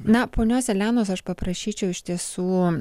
na ponios elenos aš paprašyčiau iš tiesų